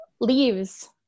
leaves